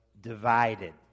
divided